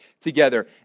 together